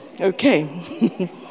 Okay